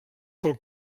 pel